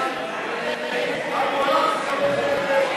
חירום מרכזיות,